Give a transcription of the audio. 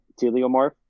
teleomorph